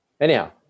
anyhow